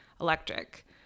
electric